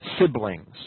siblings